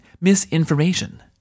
misinformation